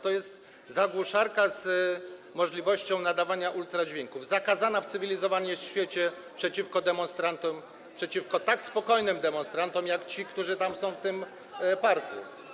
To jest zagłuszarka z możliwością nadawania ultradźwięków, zakazana w cywilizowanym świecie - przeciwko demonstrantom, przeciwko tak spokojnym demonstrantom jak ci, którzy są tam, w tym parku.